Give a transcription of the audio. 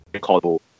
called